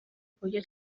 kuburyo